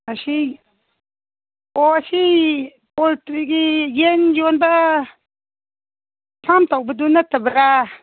ꯑꯁꯤ ꯑꯣ ꯁꯤ ꯄꯣꯜꯇ꯭ꯔꯤꯒꯤ ꯌꯦꯟ ꯌꯣꯟꯕ ꯐꯥꯔꯝ ꯇꯧꯕꯗꯨ ꯅꯠꯇꯕꯔꯥ